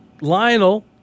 Lionel